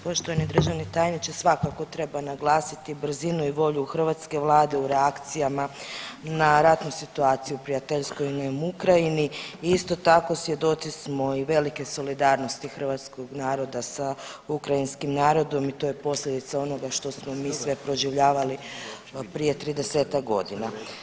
Poštovani državni tajniče svakako treba naglasiti brzinu i volju Hrvatske vlade u reakcijama na ratnu situaciju u prijateljskoj nam Ukrajini i isto tako svjedoci smo i velike solidarnosti hrvatskog naroda sa ukrajinskim narodom i to je posljedica onoga što smo mi sve proživljavali prije 30-ak godina.